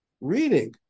reading